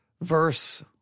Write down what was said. Verse